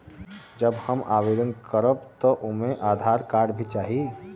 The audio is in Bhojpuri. जब हम आवेदन करब त ओमे आधार कार्ड भी चाही?